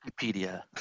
Wikipedia